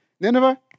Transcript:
Nineveh